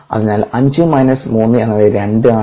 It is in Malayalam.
അതിനാൽ 5 മൈനസ് 3 എന്നത് 2 ആണ്